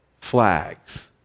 flags